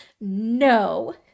no